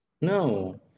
no